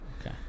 okay